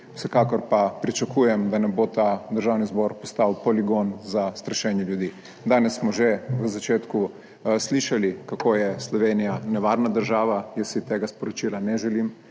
Vsekakor pa pričakujem, da ne bo ta Državni zbor postal poligon za strašenje ljudi. Danes smo že v začetku slišali, kako je Slovenija nevarna država. Jaz si tega sporočila ne želim